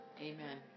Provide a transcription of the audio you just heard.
Amen